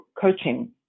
coaching